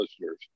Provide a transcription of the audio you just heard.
listeners